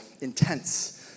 intense